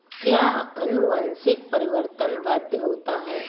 क्या अनुवंशिक परिवर्तन वैध होता है?